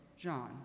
John